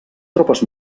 tropes